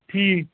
ٹھیٖک